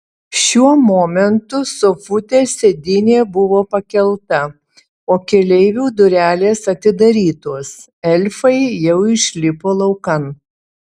šiuo momentu sofutės sėdynė buvo pakelta o keleivių durelės atidarytos elfai jau išlipo laukan